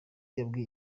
yabwiye